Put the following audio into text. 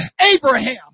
Abraham